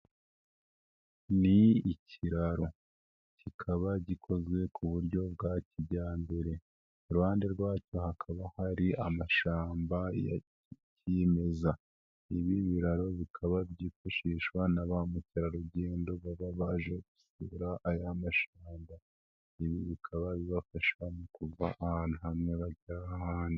Ni ikiraro, kikaba gikozwe ku buryo bwa kijyambere, iruhande rwacyo hakaba hari amashamba ya kimeza, ibi biraro bikaba byifashishwa na ba mukerarugendo baba baje gusura aya mashamba, ibi bikaba bibafasha mu kuva ahantu hamwe bajya ahandi.